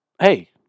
Hey